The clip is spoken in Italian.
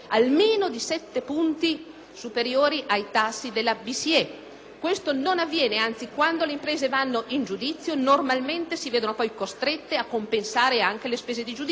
Ciò non avviene; anzi, quando le imprese vanno in giudizio, normalmente si vedono poi costrette a compensare anche le spese di giudizio. Anche questo si aggiunge alle loro difficoltà.